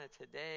today